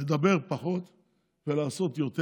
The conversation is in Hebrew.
לדבר פחות ולעשות יותר.